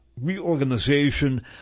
reorganization